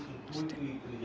ಅಷ್ಟೆ